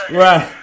right